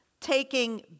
taking